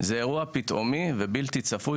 מדבר על אירוע פתאומי ובלתי צפוי.